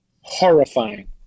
horrifying